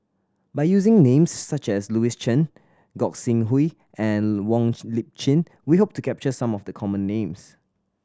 by using names such as Louis Chen Gog Sing Hooi and Wong Lip Chin we hope to capture some of the common names